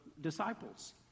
disciples